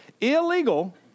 illegal